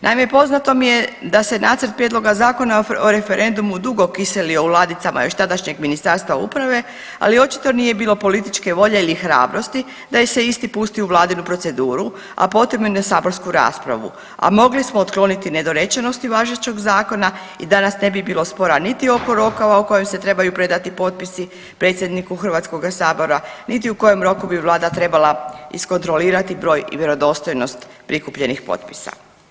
Naime, poznato mi je da se nacrt Prijedloga Zakona o referendumu dugo kiselio u ladicama još tadašnjeg Ministarstva uprave, ali očito nije bilo političke volje ili hrabrosti da se isti pusti u vladinu proceduru, a potom i na saborsku raspravu, a mogli smo otkloniti nedorečenosti važećeg zakona i danas ne bi bilo spora niti oko rokova u kojem se trebaju predati potpisi predsjedniku Hrvatskoga sabora niti u kojem roku bi vlada treba iskontrolirati broj i vjerodostojnost prikupljenih potpisa.